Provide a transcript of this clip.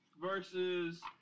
versus